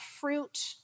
fruit